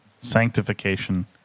Sanctification